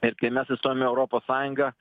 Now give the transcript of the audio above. ir kai mes įstojom į europos sąjungą